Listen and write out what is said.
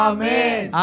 Amen